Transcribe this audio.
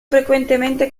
frequentemente